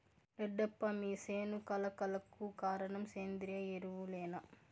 రెడ్డప్ప మీ సేను కళ కళకు కారణం సేంద్రీయ ఎరువులేనా